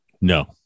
no